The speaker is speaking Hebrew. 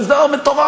הרי זה דבר מטורף,